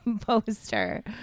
poster